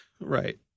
Right